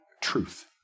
truth